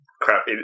crap